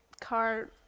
car